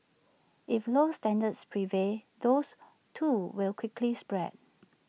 if low standards prevail those too will quickly spread